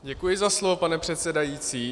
Děkuji za slovo, pane předsedající.